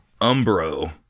Umbro